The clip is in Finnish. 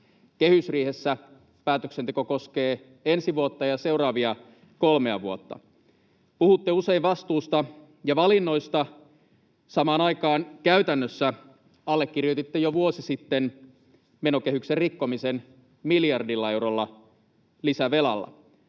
Kehysriihessä päätöksenteko koskee ensi vuotta ja seuraavia kolmea vuotta. Puhutte usein vastuusta ja valinnoista. Samaan aikaan käytännössä allekirjoititte jo vuosi sitten menokehyksen rikkomisen miljardilla eurolla, lisävelalla.